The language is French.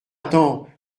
attends